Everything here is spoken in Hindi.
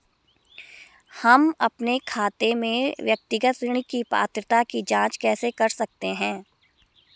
हम अपने खाते में व्यक्तिगत ऋण की पात्रता की जांच कैसे कर सकते हैं?